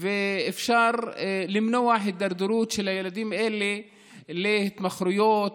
ואפשר למנוע הידרדרות של ילדים אלה להתמכרויות,